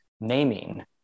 naming